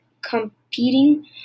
competing